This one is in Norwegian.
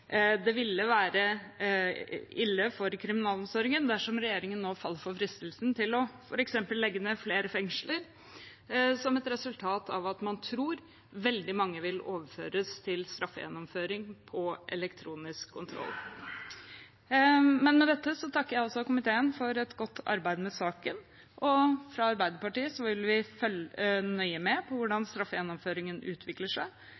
Det ville være ille for kriminalomsorgen dersom regjeringen nå faller for fristelsen til f.eks. å legge ned flere fengsler som et resultat av at man tror veldig mange vil overføres til straffegjennomføring ved elektronisk kontroll. Med dette takker jeg altså komiteen for et godt arbeid med saken. Fra Arbeiderpartiet vil vi følge nøye med på hvordan straffegjennomføringen utvikler seg,